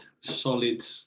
solid